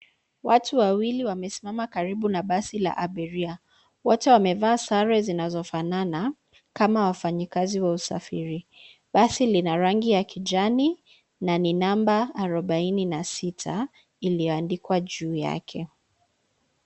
Watu wawili wamesimama karibu na basi la abiria. Wote wamevaa sare zinazofanana kama wafanyikazi wa usafiri. Basi lina rangi ya kijani na ni namba arobaini na sita iliyoandikwa juu yake.